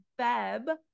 Feb